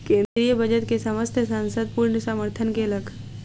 केंद्रीय बजट के समस्त संसद पूर्ण समर्थन केलक